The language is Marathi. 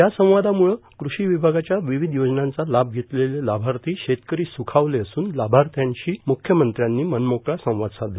या संवादाम्ळे कृषि विभागाच्या विविध योजनांचा लाभ घेतलेले लाभार्थी शेतकरी स्खावले असून लाभार्थ्यांनी म्ख्यमंत्र्यांशी मनमोकळा संवाद साधला